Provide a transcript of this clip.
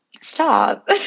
Stop